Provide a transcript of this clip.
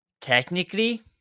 technically